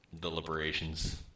deliberations